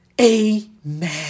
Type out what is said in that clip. amen